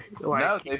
No